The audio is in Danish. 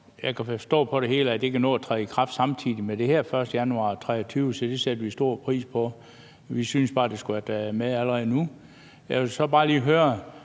kan forstå på det hele, at det kan nå at træde i kraft samtidig med det her den 1. januar 2023, så det sætter vi stor pris på. Vi synes bare, at det skulle have været med allerede nu. Jeg vil så bare lige